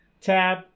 tab